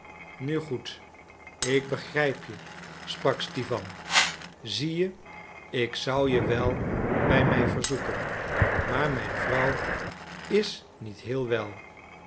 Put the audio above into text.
nu goed ik begrijp je sprak stipan zie je ik zou je wel bij mij verzoeken maar mijn vrouw is niet heel wel